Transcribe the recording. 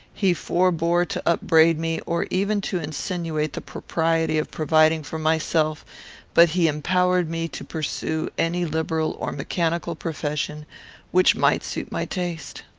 he forbore to upbraid me, or even to insinuate the propriety of providing for myself but he empowered me to pursue any liberal or mechanical profession which might suit my taste.